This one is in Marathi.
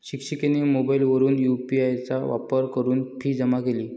शिक्षिकेने मोबाईलवरून यू.पी.आय चा वापर करून फी जमा केली